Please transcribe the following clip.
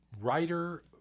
writer